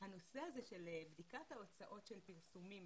הנושא של בדיקת ההוצאות של פרסומים